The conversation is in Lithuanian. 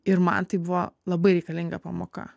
ir man tai buvo labai reikalinga pamoka